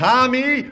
Tommy